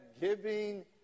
giving